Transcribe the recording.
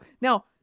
Now